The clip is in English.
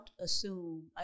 assume